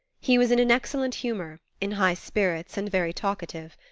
he was in an excellent humor, in high spirits, and very talkative.